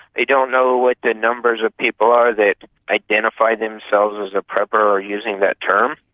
they don't know what the numbers of people are that identify themselves as a prepper or are using that term,